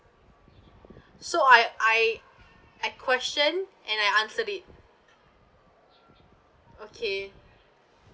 so I I I question and I answer it okay